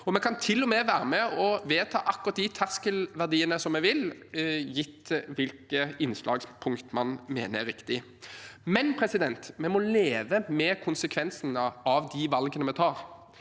Vi kan til og med være med og vedta akkurat de terskelverdiene vi vil, gitt hvilke innslagspunkt man mener er riktige. Vi må likevel leve med konsekvensene av valgene vi tar.